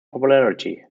popularity